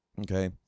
Okay